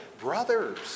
brothers